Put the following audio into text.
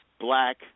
black